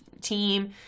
team